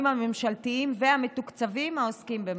הממשלתיים והמתוקצבים העוסקים במזון.